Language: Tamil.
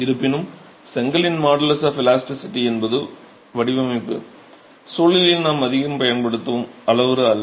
இருப்பினும் செங்கலின் மாடுலஸ் ஆஃப் இலாஸ்டிசிட்டி என்பது வடிவமைப்பு சூழலில் நாம் அதிகம் பயன்படுத்தும் அளவுரு அல்ல